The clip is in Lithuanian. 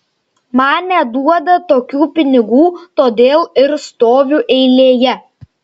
man neduoda tokių pinigų todėl ir stoviu eilėje